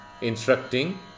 instructing